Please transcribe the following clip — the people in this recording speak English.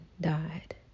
died